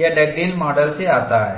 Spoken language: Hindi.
या डगडेल माडल से आता है